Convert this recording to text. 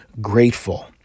grateful